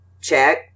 Check